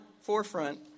forefront